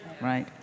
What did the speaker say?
right